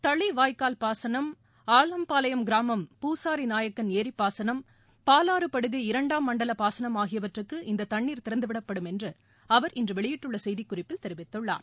தளி வாய்க்கால் பாசனம் ஆலம்பாளையம் கிராமம் பூசாரிநாயக்கன் ஏரிப்பாசனம் பாவாறு படுகை இரண்டாம் மண்டல பாசனம் ஆகியவற்றுக்கு இந்த தண்ணீர் திறந்துவிடப்படும் என்று அவர் இன்று வெளியிட்டுள்ள செய்திக்குறிப்பில் தெரிவித்துள்ளார்